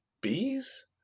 Bees